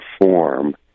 form